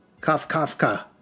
Kafka